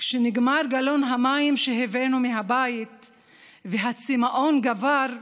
נגמר גלון המים שהבאנו מהבית והצימאון גבר,